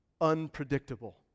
unpredictable